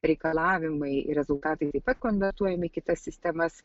reikalavimai ir rezultatai taip pat konvertuojami į kitas sistemas